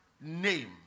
name